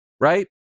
right